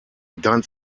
dein